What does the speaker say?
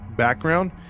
background